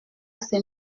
ces